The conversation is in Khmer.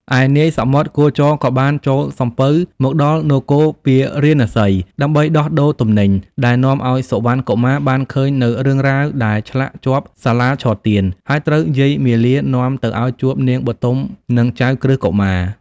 ឯនាយសមុទ្រគោចរក៏បានចូលសំពៅមកដល់នគរពារាណសី ដើម្បីដោះដូរទំនិញ ដែលនាំឱ្យសុវណ្ណកុមារបានឃើញនូវរឿងរ៉ាវដែលឆ្លាក់ជាប់សាលាឆទាន ហើយត្រូវយាយមាលានាំឱ្យទៅជួបនាងបុទម និងចៅក្រឹស្នកុមារ។